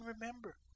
remember